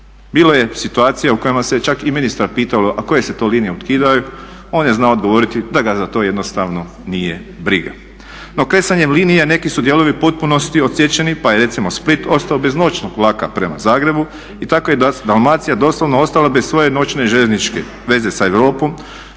Bilo je situacija u kojima se čak i ministar pitao a koje se to linije ukidaju. On je znao odgovoriti da ga za to jednostavno nije briga. No, kresanjem linije neki su dijelovi u potpunosti odsječeni pa je recimo Split ostao bez noćnog vlaka prema Zagrebu i tako je Dalmacija doslovno ostala bez svoje noćne i željezničke veze sa Europom.